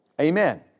Amen